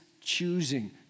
choosing